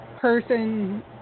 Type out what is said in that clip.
person